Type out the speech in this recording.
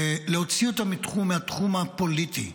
להוציא אותה מהתחום הפוליטי.